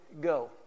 go